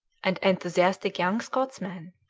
an enthusiastic young scotsman,